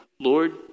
Lord